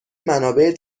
منابع